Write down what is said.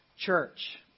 Church